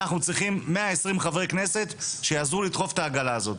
אנחנו צריכים מאה עשרים חברי כנסת שיעזרו לדחוף את העגלה הזאת.